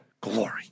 glory